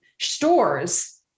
stores